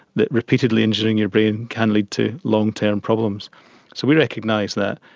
that repeatedly injuring your brain can lead to long-term problems. so we recognise that.